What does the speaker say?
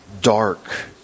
dark